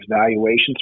valuations